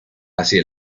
hacia